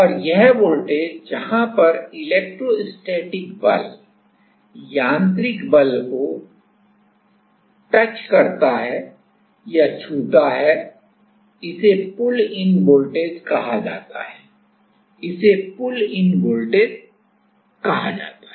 और वह वोल्टेज जहां पर इलेक्ट्रोस्टैटिक बल यांत्रिक बल को छूता है इसे पुल इन वोल्टेज कहा जाता है इसे पुल इन वोल्टेज कहा जाता है